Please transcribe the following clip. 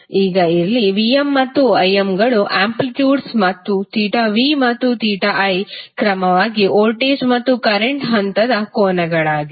ಈಗ ಇಲ್ಲಿ Vm ಮತ್ತು Im ಗಳು ಆಂಪ್ಲಿಟ್ಯೂಡ್ಸ್ ಮತ್ತು v ಮತ್ತು i ಕ್ರಮವಾಗಿ ವೋಲ್ಟೇಜ್ ಮತ್ತು ಕರೆಂಟ್ ಹಂತದ ಕೋನಗಳಾಗಿವೆ